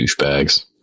douchebags